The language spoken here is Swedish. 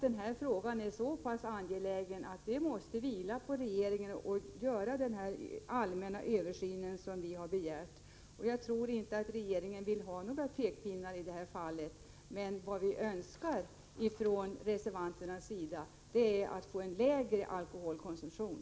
Den här frågan är så pass angelägen att det måste vila på regeringen att göra den allmänna översyn som vi har begärt. Jag tror inte att regeringen vill ha några pekpinnar — men vad vi reservanter önskar är en lägre alkoholkonsumtion.